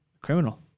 Criminal